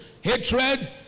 hatred